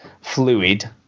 fluid